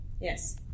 Yes